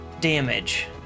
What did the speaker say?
damage